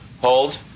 hold